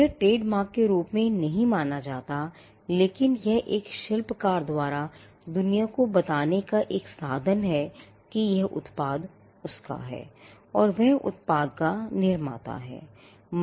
यह ट्रेडमार्क के रूप में नहीं माना जाता लेकिन यह एक शिल्पकार द्वारा दुनिया को बताने के लिए एक साधन है कि एक उत्पाद उसका है और वह उत्पाद का निर्माता है